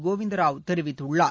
கோவிந்த ராவ் தெரிவித்துள்ளார்